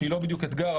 שהיא לא בדיוק אתגר,